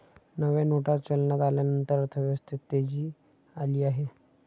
नव्या नोटा चलनात आल्यानंतर अर्थव्यवस्थेत तेजी आली आहे